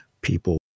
people